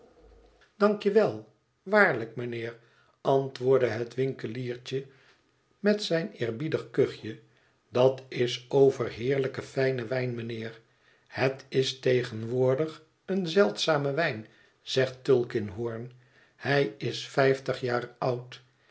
wel waarlijk mijnheer antwoordde het winkeliertje met zijn eerbiedig kuchje dat is overheerlijke fijne wijn mijnheer het is tegenwoordig een zeldzame wijn zegt tulkinghorn hij is vijftig jaar oud